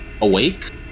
awake